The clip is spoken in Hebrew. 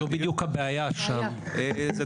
זו בדיוק הבעיה שם, זו בעיה קשה.